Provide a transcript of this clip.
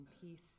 peace